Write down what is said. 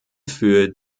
für